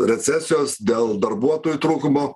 recesijos dėl darbuotojų trūkumo